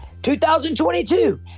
2022